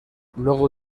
luego